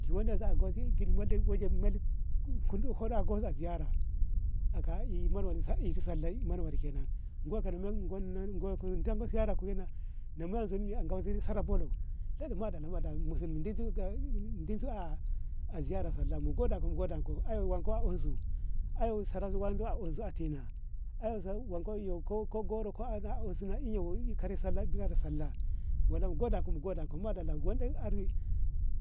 ki wuneso ago su git munde kunso kunun hudo a ziyara aka eh muno a isu sallah manori kenan goka min gona gonka ziyara ko weinan akan waziri sara ballau sai madalla madalla musulmi dinsu ziyara ma sallah mu godanko mu godanko ae wanko ma unzu ae saransu wankau ma unzu a tina ae wanka ma ko gaura kare ma sallah biya ga sallah mu godenko mu godenko madalla wande er